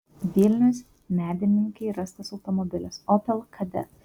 vilnius medininkai rastas automobilis opel kadett